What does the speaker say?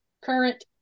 current